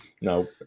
no